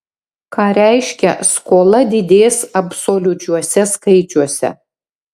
ką reiškia skola didės absoliučiuose skaičiuose